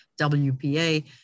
WPA